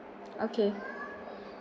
okay